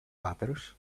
others